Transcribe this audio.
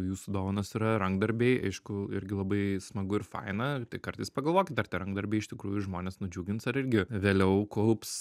jūsų dovanos yra rankdarbiai aišku irgi labai smagu ir faina tai kartais pagalvokit ar tie rankdarbiai iš tikrųjų žmones nudžiugins ar irgi vėliau kaups